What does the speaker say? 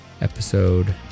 episode